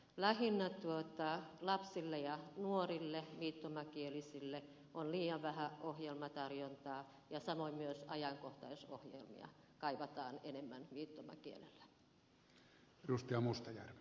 lähinnä lapsille ja nuorille viittomakielisille on liian vähän ohjelmatarjontaa ja samoin myös ajankohtaisohjelmia kaivataan enemmän viittomakielellä